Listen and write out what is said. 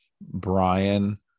Brian